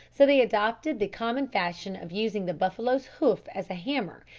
so they adopted the common fashion of using the buffalo's hoof as a hammer,